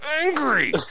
angry